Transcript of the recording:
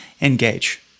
engage